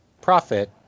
profit